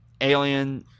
Alien